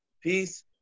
peace